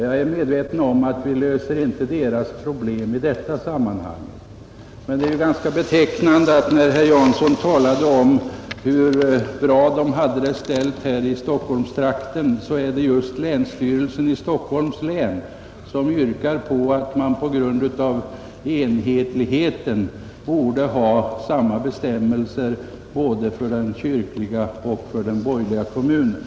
Jag är medveten om att vi inte löser deras problem i detta sammanhang, men det är ju ganska betecknande att när herr Jansson talade om hur bra de hade det ställt här i Stockholmstrakten så är det just länsstyrelsen i Stockholms län som yrkar att man med hänsyn till enhetligheten borde ha samma bestämmelser för den kyrkliga och den borgerliga kommunen.